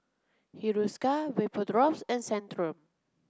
Hiruscar Vapodrops and Centrum